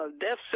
death